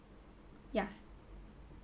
ya